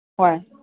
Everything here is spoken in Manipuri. ꯍꯣꯏ